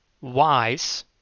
wise